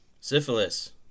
Syphilis